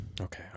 Okay